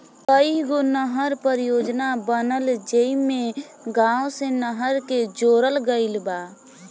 कईगो नहर परियोजना बनल जेइमे गाँव से नहर के जोड़ल गईल बा